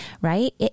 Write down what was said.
right